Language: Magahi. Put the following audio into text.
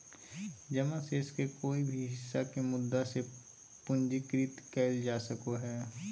जमा शेष के कोय भी हिस्सा के मुद्दा से पूंजीकृत कइल जा सको हइ